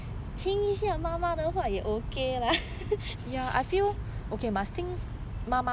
听一下妈妈的话也 okay lah